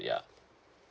yeah